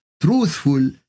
truthful